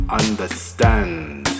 understand